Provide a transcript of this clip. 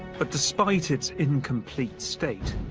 but despite its incomplete state,